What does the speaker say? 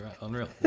unreal